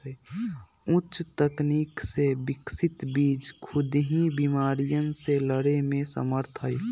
उच्च तकनीक से विकसित बीज खुद ही बिमारियन से लड़े में समर्थ हई